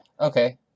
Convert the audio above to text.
Okay